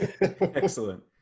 Excellent